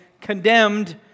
condemned